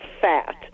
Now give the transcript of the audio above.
fat